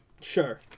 Sure